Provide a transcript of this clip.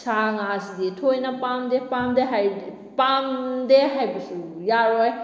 ꯁꯥ ꯉꯥꯁꯤꯗꯤ ꯊꯣꯏꯅ ꯄꯥꯝꯗꯦ ꯄꯥꯝꯗꯦ ꯍꯥꯏꯗꯤ ꯄꯥꯝꯗꯦ ꯍꯥꯏꯕꯁꯨ ꯌꯥꯔꯣꯏ